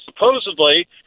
supposedly